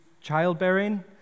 childbearing